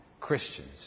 Christians